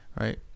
right